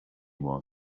was